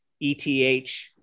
ETH